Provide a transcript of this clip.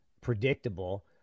predictable